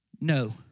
No